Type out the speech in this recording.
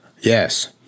Yes